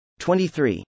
23